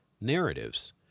narratives